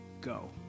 Go